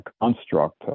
construct